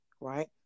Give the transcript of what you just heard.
right